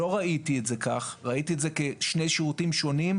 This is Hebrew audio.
לא ראיתי את זה כך; ראיתי את זה כשני שירותים שונים,